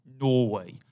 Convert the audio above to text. Norway